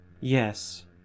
Yes